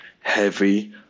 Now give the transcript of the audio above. heavy